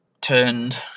turned